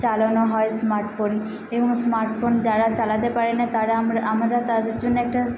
চালানো হয় smart phone এবং স্মার্ট ফোন যারা চালাতে পারে না তারা আমরা আমরা তাদের জন্য একটা